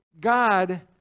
God